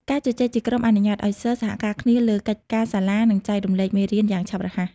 ការជជែកជាក្រុមអនុញ្ញាតឱ្យសិស្សសហការគ្នាលើកិច្ចការសាលា និងចែករំលែកមេរៀនយ៉ាងឆាប់រហ័ស។